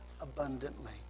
abundantly